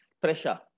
pressure